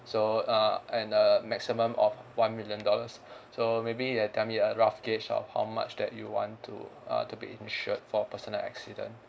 so uh and a maximum of one million dollars so maybe you can tell me a rough gauge of how much that you want to uh to be insured for personal accident